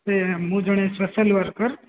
ସେ ମୁଁ ଜଣେ ସୋଶିଆଲ୍ ୱାର୍କର୍